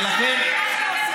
ולכן,